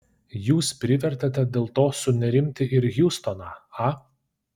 jūs privertėte dėl to sunerimti ir hjustoną a